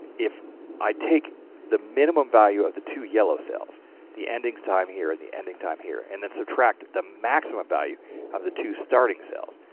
if i take the minimum value of the two yellow cells the endings time here in the ending time here and then subtract the maximum value of the two starting cells.